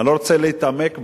אני לא רוצה להתעמק בה,